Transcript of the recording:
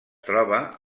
troba